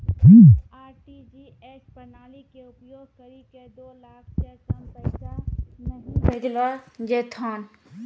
RTGS प्रणाली के उपयोग करि के दो लाख से कम पैसा नहि भेजलो जेथौन